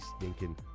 stinking